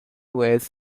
ways